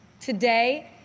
Today